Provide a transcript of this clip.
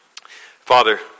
Father